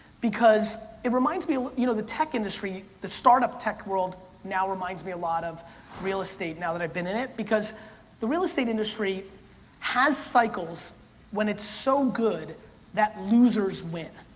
because it reminds me you know the tech industry, the startup tech world now reminds me a lot of real estate now that i've been in it, because the real estate industry has cycles when it's so good that losers win.